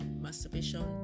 masturbation